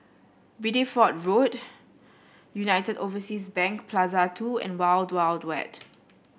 Bideford Road United Overseas Bank Plaza Two and Wild Wild Wet